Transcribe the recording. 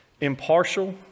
impartial